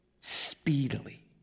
speedily